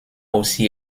aussi